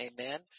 Amen